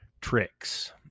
tricks